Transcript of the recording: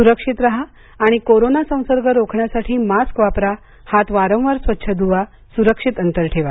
सुरक्षित राहा आणि कोरोना संसर्ग रोखण्यासाठी मास्क वापरा हात वारंवार स्वच्छ धुवा सुरक्षित अंतर ठेवा